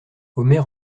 omer